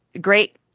great